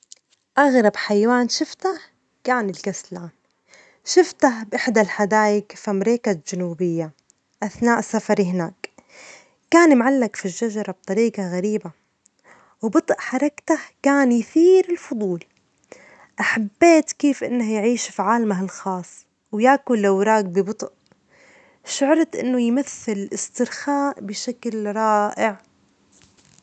أغرب حيوان شفته كان الكسلان، شفته بإحدى الحدائج في أمريكا الجنوبية أثناء سفري هناك، كان معلج في الشجرة بطريجة غريبة ،وبطء حركته كان يثير الفضول ،أحبيت كيف يعيش في عالمه الخاص ويأكل الأوراق ببطء شعرت إنه يمثل إسترخاء بشكل رائع.